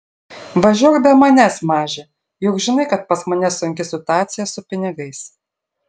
važiuok be manęs maže juk žinai kad pas mane sunki situaciją su pinigais